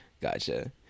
Gotcha